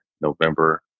November